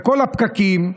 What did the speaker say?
בכל הפקקים,